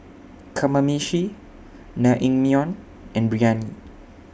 Kamameshi Naengmyeon and Biryani